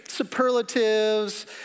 superlatives